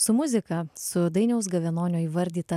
su muzika su dainiaus gavenonio įvardyta